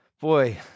Boy